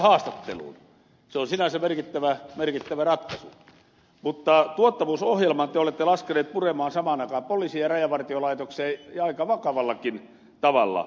se on sinänsä merkittävä ratkaisu mutta tuottavuusohjelman te olette laskeneet puremaan samaan aikaan poliisiin ja rajavartiolaitokseen ja aika vakavallakin tavalla